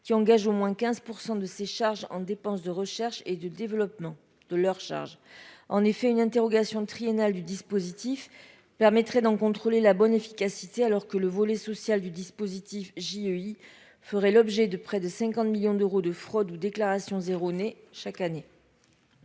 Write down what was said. qui engagent au moins 15 % de leurs charges en dépenses de recherche et de développement. En effet, une interrogation triennale du dispositif permettrait d'en contrôler la bonne efficacité alors que le volet social du dispositif JEI ferait l'objet de près de 50 millions d'euros de fraudes ou de déclarations erronées chaque année.